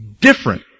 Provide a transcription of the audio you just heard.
different